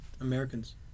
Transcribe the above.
Americans